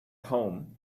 home